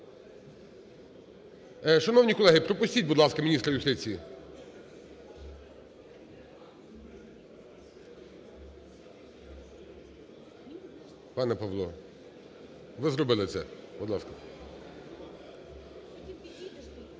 Шановні колеги, пропустіть, будь ласка, міністра юстиції. Пане Павло, ви зробили це. Будь ласка.